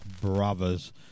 Brothers